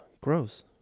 gross